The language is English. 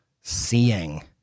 seeing